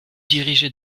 diriger